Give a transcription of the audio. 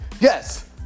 yes